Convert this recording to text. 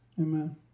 Amen